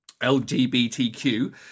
LGBTQ